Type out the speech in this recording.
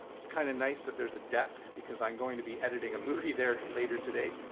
it's kind of nice that there's a desk, because i'm going to be editing a movie there later today.